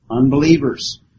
Unbelievers